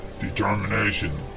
determination